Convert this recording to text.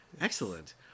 Excellent